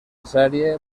sèrie